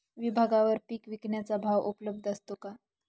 विभागवार पीक विकण्याचा भाव उपलब्ध असतो का?